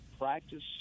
practice